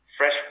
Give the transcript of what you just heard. Fresh